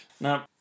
Now